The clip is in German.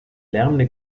lärmende